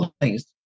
please